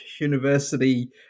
university